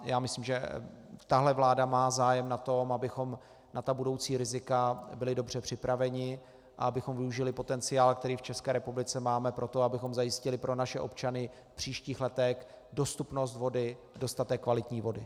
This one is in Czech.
Já myslím, že tahle vláda má zájem na tom, abychom na ta budoucí rizika byli dobře připraveni a abychom využili potenciál, který v České republice máme, pro to, abychom zajistili pro naše občany v příštích letech dostupnost vody a dostatek kvalitní vody.